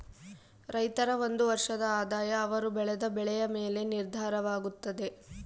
ರೈತರ ಒಂದು ವರ್ಷದ ಆದಾಯ ಅವರು ಬೆಳೆದ ಬೆಳೆಯ ಮೇಲೆನೇ ನಿರ್ಧಾರವಾಗುತ್ತದೆ